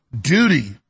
duty